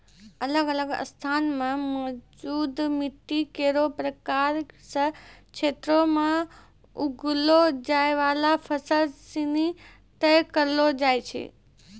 अलग अलग स्थान म मौजूद मिट्टी केरो प्रकार सें क्षेत्रो में उगैलो जाय वाला फसल सिनी तय करलो जाय छै